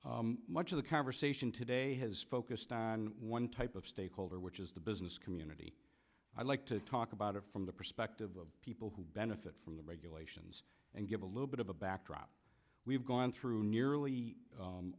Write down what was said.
members much of the conversation today has focused on one type of stakeholder which is the business community i'd like to talk about it from the perspective of people who benefit from the regulations and give a little bit of a backdrop we've gone through nearly